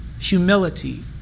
humility